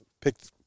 picked